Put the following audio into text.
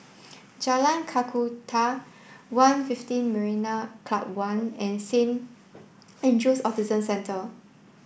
Jalan Kakatua One Fifteen Marina Club One and Saint Andrew's Autism Centre